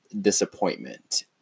disappointment